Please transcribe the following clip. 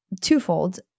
twofold